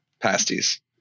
pasties